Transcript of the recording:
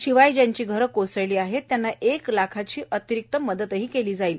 शिवाय ज्यांची घरं कोसळलेली आहेत त्यांना एक लाखाची अतिरिक्त मदतही केली जाणार आहे